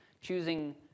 choosing